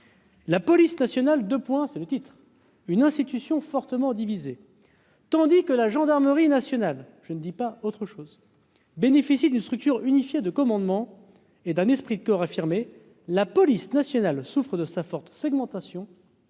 La police nationale de points, c'est le titre. Une institution fortement divisé, tandis que la gendarmerie nationale je ne dit pas autre chose, bénéficie d'une structure unifiée de commandement et d'un esprit de corps affirmé la police nationale souffrent de sa forte segmentation